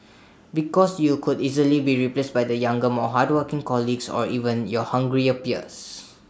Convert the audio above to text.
because you could easily be replaced by the younger more hardworking colleagues or even your hungrier peers